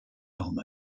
helmet